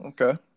Okay